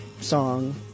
song